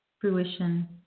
fruition